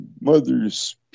mother's